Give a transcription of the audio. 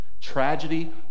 Tragedy